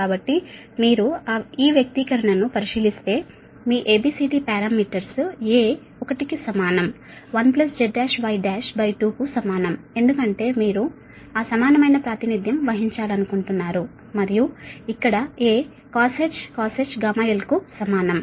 కాబట్టి మీరు ఈ వ్యక్తీకరణను పరిశీలిస్తే మీ ABCD పారామీటర్స్ A 1 కు సమానం 1Z1Y12 కు సమానం ఎందుకంటే మీరు ఆ సమానమైన ప్రాతినిధ్యం వహించాలనుకుంటున్నారు మరియు ఇక్కడ A cosh γl కు సమానం